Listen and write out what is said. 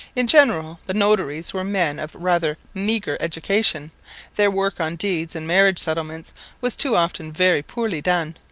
in general the notaries were men of rather meagre education their work on deeds and marriage settlements was too often very poorly done,